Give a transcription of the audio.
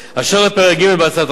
אשר לפרק ג' בהצעת החוק,